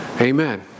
Amen